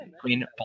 Queen